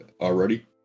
already